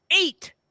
Eight